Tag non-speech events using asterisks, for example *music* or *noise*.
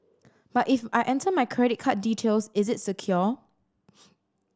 but if I enter my credit card details is it secure *noise*